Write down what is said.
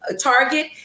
Target